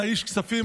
אתה איש כספים,